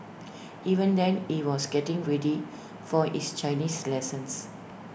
even then he was getting ready for his Chinese lessons